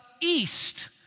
east